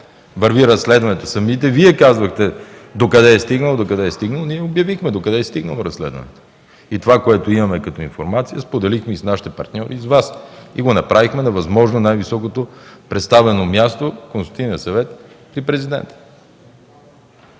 върви разследването, самите Вие казвахте: „Докъде е стигнало, докъде е стигнало?”, ние обявихме докъде е стигнало разследването. Това, което имахме като информация, споделихме и с нашите партньори, и с Вас. И го направихме на възможно най-високото представено място – Консултативният съвет при Президента.